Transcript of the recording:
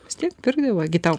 vis tiek pirkdavo gi tau